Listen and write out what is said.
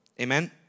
amen